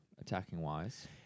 attacking-wise